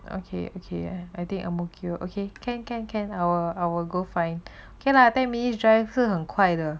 okay okay I think ang mo kio okay can can can our our go find okay lah ten minutes drive 是很快的